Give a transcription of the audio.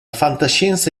fantascienza